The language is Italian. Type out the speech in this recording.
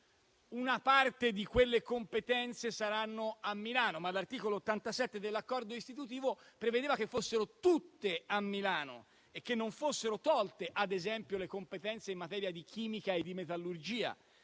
una parte di quelle competenze andranno a Milano, ma l'articolo 87 dell'accordo istitutivo prevedeva che fossero tutte a Milano e che non fossero tolte, ad esempio, le competenze in materia di chimica e di metallurgia,